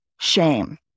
Shame